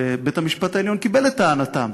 ובית-המשפט העליון קיבל את טענתם,